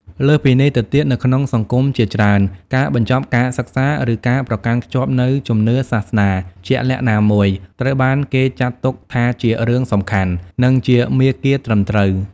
លើសពីនេះទៅទៀត នៅក្នុងសង្គមជាច្រើន ការបញ្ចប់ការសិក្សា ឬការប្រកាន់ខ្ជាប់នូវជំនឿសាសនាជាក់លាក់ណាមួយ ត្រូវបានគេចាត់ទុកថាជារឿងសំខាន់ និងជាមាគ៌ាត្រឹមត្រូវ។